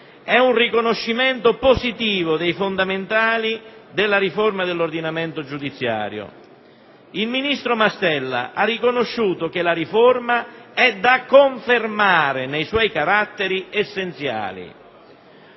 è un riconoscimento positivo dei fondamentali della riforma dell'ordinamento giudiziario. Il ministro Mastella ha riconosciuto infatti che la riforma è da confermare nei suoi caratteri essenziali.